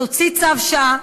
תוציא צו שעה,